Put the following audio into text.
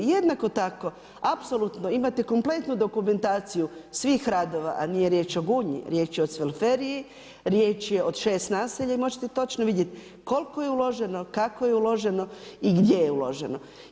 Jednako tako, apsolutno, imate kompletnu dokumentaciju svih radova, a nije riječ o Gunju, riječ je o … riječ je od 6 naselja i možete točno vidjeti, koliko je uloženo, kako je uloženo i gdje je uloženo.